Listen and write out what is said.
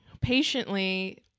patiently